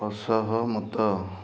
ଅସହମତ